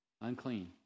Unclean